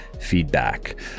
feedback